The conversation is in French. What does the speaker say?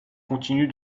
continue